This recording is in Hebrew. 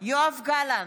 יואב גלנט,